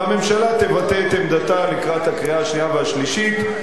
והממשלה תבטא את עמדתה לקראת הקריאה השנייה והשלישית.